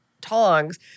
tongs